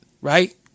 Right